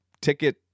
ticket